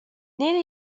near